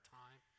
time